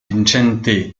vicente